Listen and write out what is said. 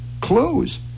Clues